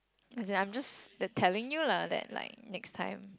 as in I'm just telling you lah that like next time